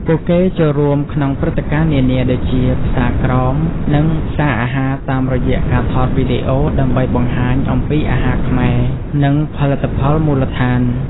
ពួកគេចូលរួមក្នុងព្រឹត្តិការណ៍នានា ដូចជា ផ្សារក្រោម និងផ្សារអាហារតាមរយៈការថតវីដេអូ ដើម្បីបង្ហាញអំពីអាហារខ្មែរ និងផលិតផលមូលដ្ឋាន។